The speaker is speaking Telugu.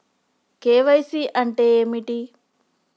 కే.వై.సీ అంటే ఏమిటి?